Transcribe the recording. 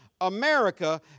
America